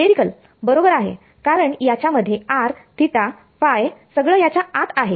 spherical बरोबर आहे कारण याच्या मध्ये r थिटा फायtheta phi सगळं याच्या आत आहे